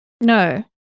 no